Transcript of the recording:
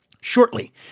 shortly